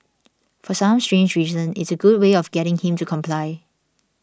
for some strange reason it's a good way of getting him to comply